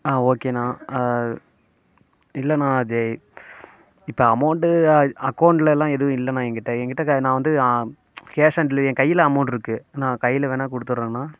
ஆ ஓகேண்ணா ஆ இல்லண்ணா அது இப்போ அமௌண்டு அ அகௌண்ட்லலாம் எதுவும் இல்லைண்ணா என்கிட்ட என்கிட்ட இருக்க நான் வந்து ஆ கேஷ் ஆன் டெலிவரி என் கையில் அமௌண்ட்ருக்கு நான் கையில் வேணுணா கொடுத்துட்றேண்ணா